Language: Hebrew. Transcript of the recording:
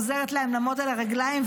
עוזרת להם לעמוד על הרגליים,